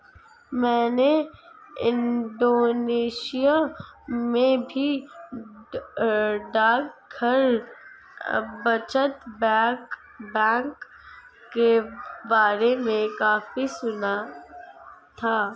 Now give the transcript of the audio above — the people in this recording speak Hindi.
मैंने इंडोनेशिया में भी डाकघर बचत बैंक के बारे में काफी सुना था